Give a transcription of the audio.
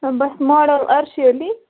بہٕ چھَس ماڈَل اَرشی علی